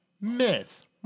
Miss